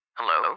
Hello